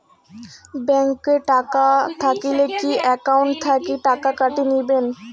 Bank এ টাকা থাকিলে কি একাউন্ট থাকি টাকা কাটি নিবেন?